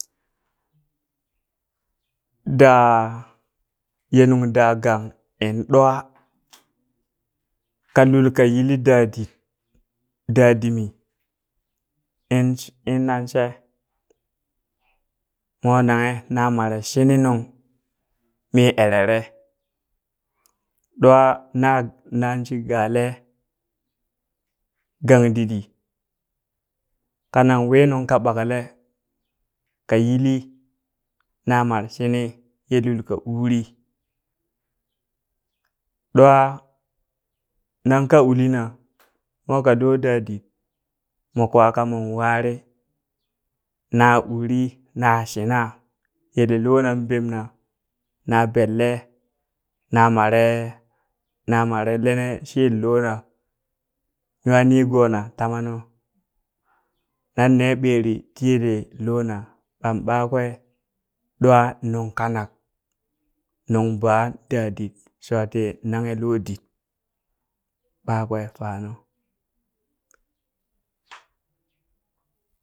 Da ye nung dagan in ɗwa ka lulka yili dadit dadimi in innan she mo nanghe na mare shini nung mi erere ɗwa nan shii gale ganga diditdi kanan wi nung ka ɓakale ka yili na mar shini ye lul ka uri, ɗwa nanka ulina monka lo dadit mo kwa kamon wari na uri na shina yel lonan ɓemna na benle na mare na mare lene shi yello na nwa nigona tamanu nan ne ɓeri ti yele lona ɓam ɓakwe ɗwa nungkanak nung ba dadit shoti nanghe lo dit ɓakwe fanu.